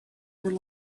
were